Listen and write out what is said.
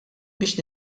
biex